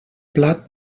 plat